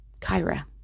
Kyra